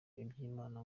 iby’imana